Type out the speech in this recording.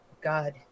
God